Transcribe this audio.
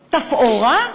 תפאורה?